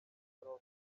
rozkosz